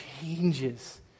changes